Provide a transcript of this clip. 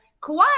Kawhi